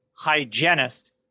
Hygienist